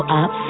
up